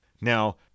Now